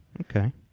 Okay